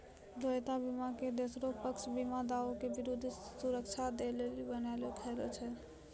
देयता बीमा के तेसरो पक्ष बीमा दावा के विरुद्ध सुरक्षा दै लेली बनैलो गेलौ छै